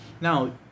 Now